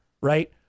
right